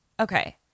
Okay